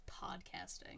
podcasting